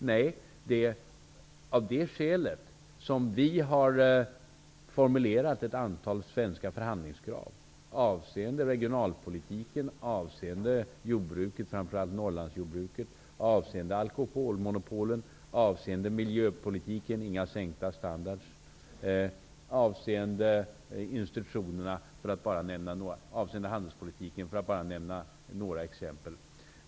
Nej, det är av det skälet som vi har formulerat ett antal svenska förhandlingskrav avseende regionalpolitiken, jordbruket -- framför allt Norrlandsjordbruket --, alkoholmonopolen, miljöpolitiken -- ingen sänkt standard --, institutionerna och handelspolitiken för att bara nämna några exempel.